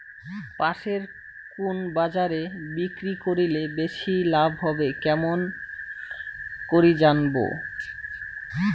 পাশের কুন বাজারে বিক্রি করিলে বেশি লাভ হবে কেমন করি জানবো?